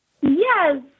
Yes